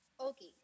Okay